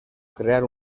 crear